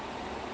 ya